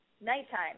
nighttime